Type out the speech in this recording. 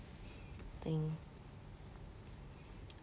thing